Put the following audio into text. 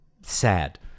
sad